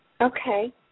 Okay